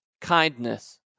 kindness